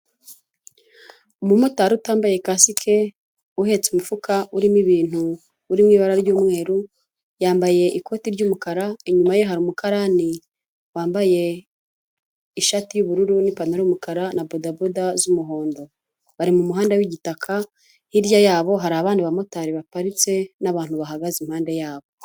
Umumotari utambaye kasike uhetse imifuka urimo ibintu uri mu ibara ry'umweru, yambaye ikoti ry'umukara, inyuma ye hari umukarani wambaye ishati y'ubururu n'ipantaro y'umukara na bodaboda z'umuhondo, bari mu muhanda w'igitaka, hirya yabo hari abandi bamotari baparitse n'abantu bahagaze impande yabo.